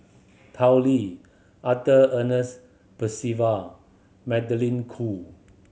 Tao Li Arthur Ernest Percival Magdalene Khoo